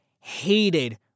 hated